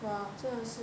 !wah! 真的是